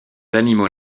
animaux